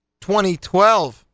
2012